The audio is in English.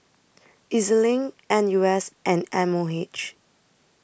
E Z LINK N U S and M O H